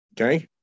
Okay